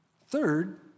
Third